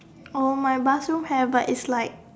my bathroom have but it's like